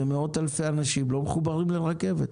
אלה מאות אלפי אנשים שלא מחוברים לרכבת.